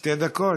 שתי דקות?